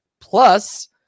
Plus